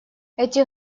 эти